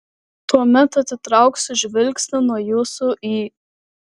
tuomet atitrauksiu žvilgsnį nuo jūsų į